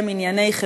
שמאל שם אין אף